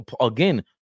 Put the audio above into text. again